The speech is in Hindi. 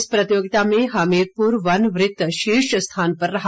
इस प्रतियोगिता में हमीरपुर वन वृत शीर्ष स्थान पर रहा